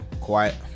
Quiet